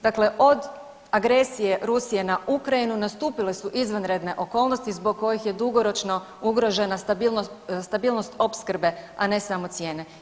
Dakle, od agresije Rusije na Ukrajinu nastupile su izvanredne okolnosti zbog kojih je dugoročno ugrožena stabilnost opskrbe, a ne samo cijene.